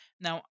Now